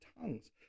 tongues